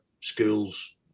schools